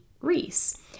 Reese